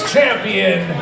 Champion